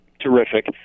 terrific